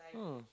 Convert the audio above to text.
mm